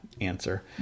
answer